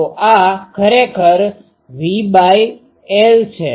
તો આ ખરેખર V 2 છે